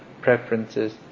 preferences